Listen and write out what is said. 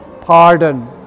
pardon